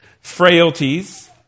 frailties